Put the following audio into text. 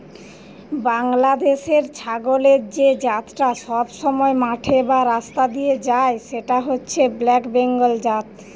বাংলাদেশের ছাগলের যে জাতটা সবসময় মাঠে বা রাস্তা দিয়ে যায় সেটা হচ্ছে ব্ল্যাক বেঙ্গল জাত